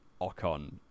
Ocon